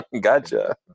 gotcha